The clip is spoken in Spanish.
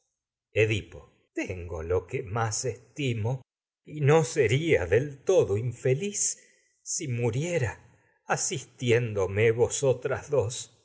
sería lo que más y no del infeliz si muriera asistiéndome vosotras dos